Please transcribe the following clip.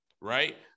right